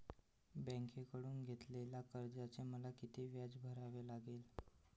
बँकेकडून घेतलेल्या कर्जाचे मला किती व्याज भरावे लागेल?